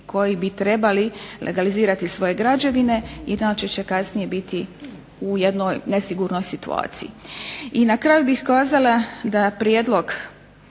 koji bi trebali legalizirati svoje građevine inače će kasnije biti u jednoj nesigurnoj situaciji. I na kraju bih kazala da prijedlog